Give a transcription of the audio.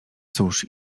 cóż